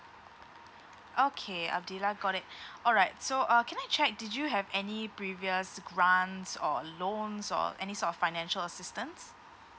okay adila got it alright so uh can I check did you have any previous grants or loans or any sort of financial assistance